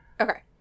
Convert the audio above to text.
Okay